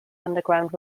underground